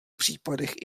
případech